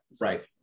Right